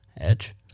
edge